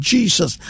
Jesus